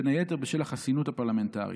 בין היתר בשל החסינות הפרלמנטרית.